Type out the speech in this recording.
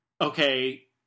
okay